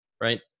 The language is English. Right